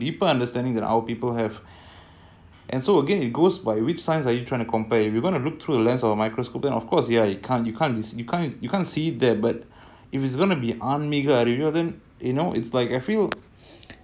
going it with what ஒருஒருதிறந்தமனதோடஉள்ளபோயிட்டு:oru oru thirantha manadhoda ulla poitu leave your biasness your ego out of the door and genuinely to experiment and if it works good if it doesn't work move on I feel